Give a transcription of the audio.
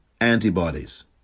antibodies